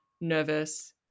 nervous